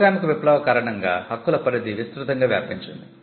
పారిశ్రామిక విప్లవం కారణంగా హక్కుల పరిధి విస్తృతంగా వ్యాపించింది